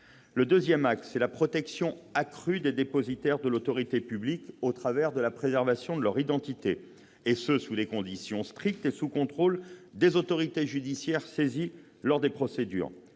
Le deuxième axe est la protection accrue des dépositaires de l'autorité publique au travers de la préservation de leur identité, et ce dans des conditions strictes et sous le contrôle des autorités judiciaires saisies des procédures.